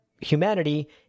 humanity